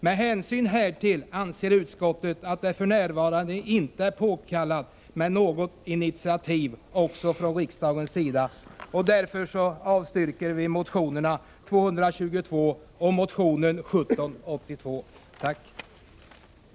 Med hänsyn härtill anser utskottet att det f.n. inte är påkallat med något initiativ också från riksdagens sida och avstyrker därför motion 1984 85:1782.”